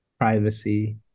privacy